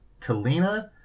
Talina